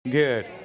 Good